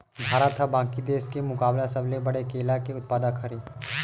भारत हा बाकि देस के मुकाबला सबले बड़े केला के उत्पादक हरे